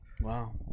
Wow